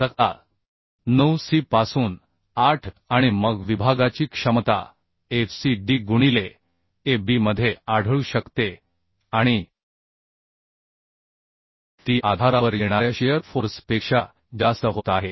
तक्ता 9 सी पासून 8 आणि मग विभागाची क्षमता f c d गुणिले A b मध्ये आढळू शकते आणि ती आधारावर येणाऱ्या शिअर फोर्स पेक्षा जास्त होत आहे